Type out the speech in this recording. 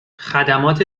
خدمات